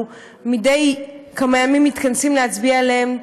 מדי כמה ימים מתכנסים להצביע עליהן,